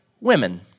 women